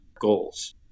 goals